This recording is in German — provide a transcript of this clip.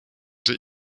der